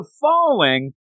falling